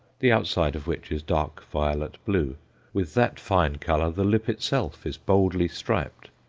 the outside of which is dark violet-blue with that fine colour the lip itself is boldly striped.